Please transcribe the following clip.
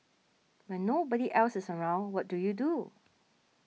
when nobody else is around what do you do